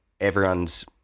everyone's